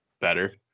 better